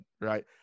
right